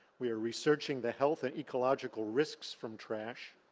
we are researching the health and ecological risks from trash,